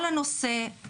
כל הנושא,